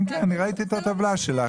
כן, כן, אני ראיתי את הטבלה שלך.